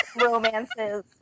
romances